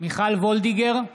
מיכל וולדיגר,